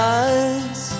eyes